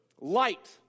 light